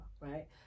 right